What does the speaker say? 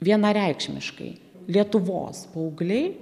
vienareikšmiškai lietuvos paaugliai